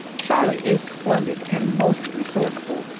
charlie is splendid and most resourceful.